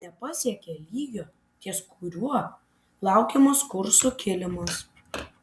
nepasiekė lygio ties kuriuo laukiamas kurso kilimas